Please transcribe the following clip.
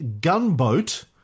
gunboat